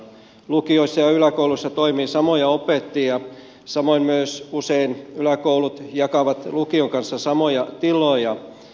lukioissa ja yläkouluissa toimii samoja opettajia samoin yläkoulut usein jakavat lukion kanssa samoja tiloja